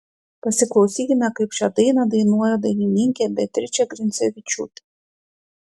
pasiklausykime kaip šią dainą dainuoja dainininkė beatričė grincevičiūtė